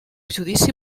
judici